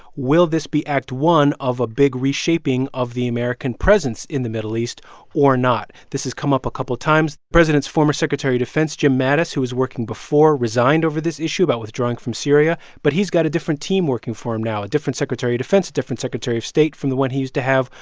will this be act one of a big reshaping of the american presence in the middle east or not? this has come up a couple of times president's former secretary of defense, jim mattis, who was working before, resigned over this issue about withdrawing from syria. but he's got a different team working for him now, a different secretary of defense, different secretary of state from the one he used to have.